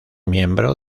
miembro